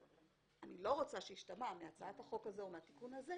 אני לא רוצה שישתמע מהצעת החוק הזו או מהתיקון הזה,